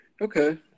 Okay